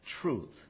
truth